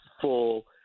full